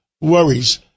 worries